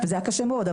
אבל זה היה קשה מאוד,